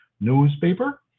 newspaper